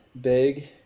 big